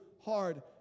hard